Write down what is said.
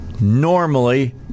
normally